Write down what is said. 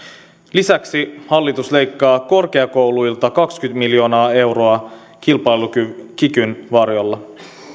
lisäksi hallitus leikkaa korkeakouluilta kaksikymmentä miljoonaa euroa kikyn varjolla